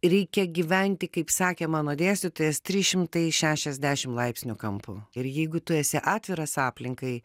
reikia gyventi kaip sakė mano dėstytojas trys šimtai šešiasdešim laipsnių kampu ir jeigu tu esi atviras aplinkai